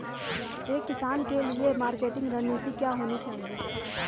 एक किसान के लिए मार्केटिंग रणनीति क्या होनी चाहिए?